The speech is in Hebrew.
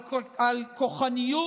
על כוחניות